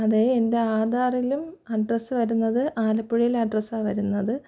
അത് എൻറ്റാധാറിലും അഡ്രസ്സ് വരുന്നത് ആലപ്പുഴയിലെ അഡ്രസ്സാണ് വരുന്നത്